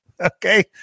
Okay